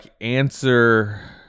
answer